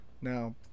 Now